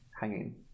hanging